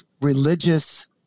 religious